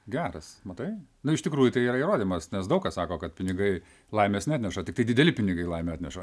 geras matai nu iš tikrųjų tai yra įrodymas nes daug kas sako kad pinigai laimės neatneša tiktai dideli pinigai laimę atneša